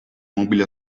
mobili